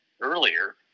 earlier